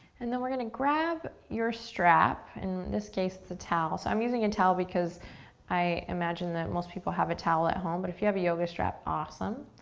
and then we're gonna grab your strap. in this case it's a towel. so i'm using a and towel because i imagine that most people have a towel at home, but if you have a yoga strap, awesome.